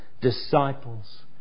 disciples